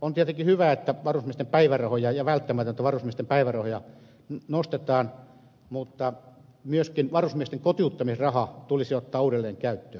on tietenkin hyvä ja välttämätöntä että varusmiesten päivärahoja nostetaan mutta myöskin varusmiesten kotiuttamisraha tulisi ottaa uudelleen käyttöön